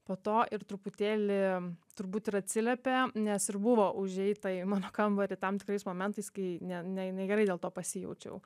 po to ir truputėlį turbūt ir atsiliepė nes ir buvo užeita į mano kambarį tam tikrais momentais kai ne ne negerai dėl to pasijaučiau